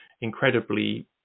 Incredibly